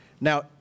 Now